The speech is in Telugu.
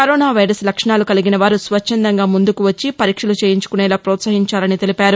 కరోనా వైరస్ లక్షణాలు కలిగిన వారు స్వచ్చందంగా ముందుకు వచ్చి పరీక్షలు చేయించుకునేలా ప్రోత్సహించాలని తెలిపారు